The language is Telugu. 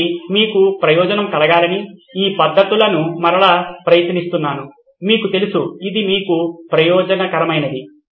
కాబట్టి మీకు ప్రయోజనము కలగాలని ఈ పద్ధతులను మరల ప్రయత్నిస్తున్నాను మీకు తెలుసు ఇది మీకు ప్రయోజనకరమైనది